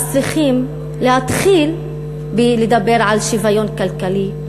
אז צריכים להתחיל בלדבר על שוויון כלכלי,